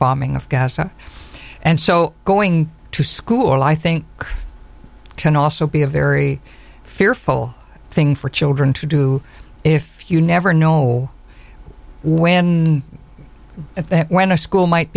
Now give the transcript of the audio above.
bombing of gaza and so going to school i think can also be a very fearful thing for children to do if you never know when when a school might